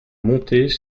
montées